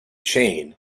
chain